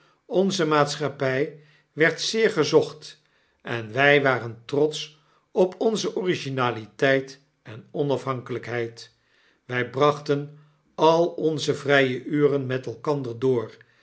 onze maatschappij werd zeer gezocht en wtj waren trotsch op onze originaliteit en onafhankelpheid wy orachten al onze vrye uren met elkander door